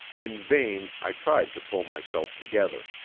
in vain i tried to pull myself together.